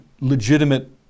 legitimate